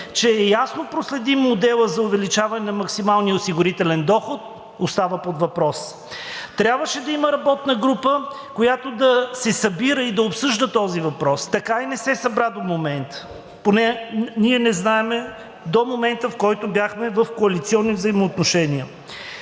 е ясно проследим моделът за увеличаване на максималния осигурителен доход, остава под въпрос. Трябваше да има работна група, която да се събира и да обсъжда този въпрос. Така и не се събра до момента. Поне ние не знаем до момента, в който бяхме в коалиционни взаимоотношения.